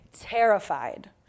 terrified